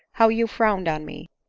how you frowned on. me!